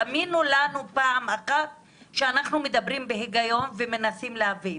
תאמינו לנו פעם אחת שאנחנו מדברים בהיגיון ומנסים להבין.